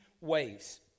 ways